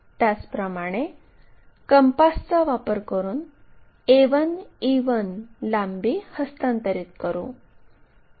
त्याचप्रमाणे कंपासचा वापर करून a1 e1 लांबी हस्तांतरित करू